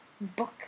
book